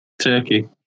Turkey